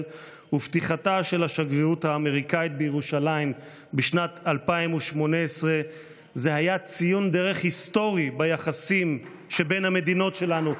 ובפתיחתה של השגרירות האמריקאית בירושלים בשנת 2018. זה היה ציון דרך היסטורי ביחסים שבין המדינות שלנו.